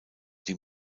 die